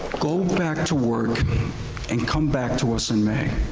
go back to work and come back to us in may.